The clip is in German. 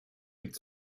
liegt